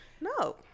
No